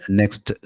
next